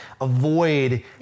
avoid